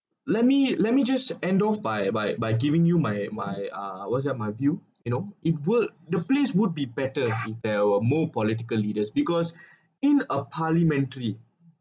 let me let me just end of by by by giving you my my uh was what my view you know it would the place would be better if there were more political leaders because in a parliamentary